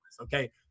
okay